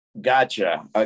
Gotcha